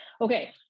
Okay